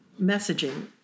Messaging